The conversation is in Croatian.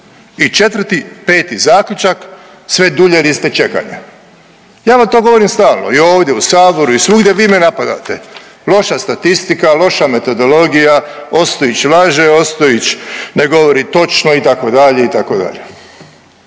više i 4., 5. zaključak sve dulje liste čekanja. Ja vam to govorim stalno i ovdje u saboru i svugdje vi me napadate, loša statistika, loša metodologija, Ostojić laže, Ostojić ne govori točno itd., itd..